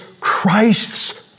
Christ's